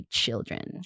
children